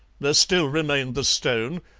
there still remained the stone,